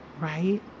right